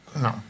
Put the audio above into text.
No